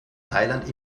thailand